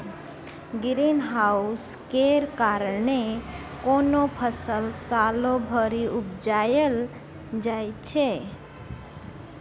green house केर कारणेँ कोनो फसल सालो भरि उपजाएल जाइ छै